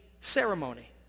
ceremony